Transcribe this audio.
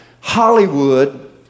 Hollywood